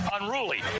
unruly